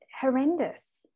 horrendous